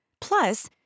Plus